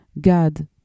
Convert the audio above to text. God